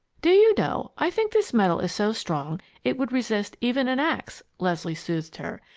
do you know, i think this metal is so strong it would resist even an ax, leslie soothed her,